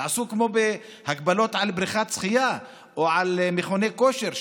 תעשו כמו בהגבלות על בריכת שחייה או על מכוני כושר,